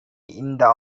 இந்த